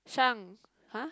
Shang !huh!